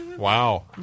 Wow